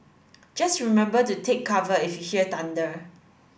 just remember to take cover if you hear thunder